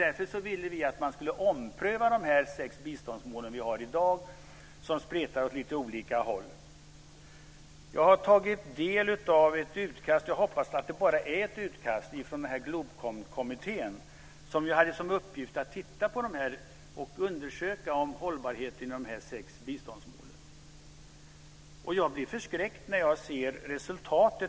Därför ville vi att man skulle ompröva de sex biståndsmål vi har i dag som spretar åt lite olika håll. Jag har tagit del av ett utkast. Jag hoppas att det bara är ett utkast från Globkom som hade som uppgift att undersöka hållbarheten i de här sex biståndsmålen. Jag blir förskräckt när jag ser resultatet.